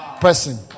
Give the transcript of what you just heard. person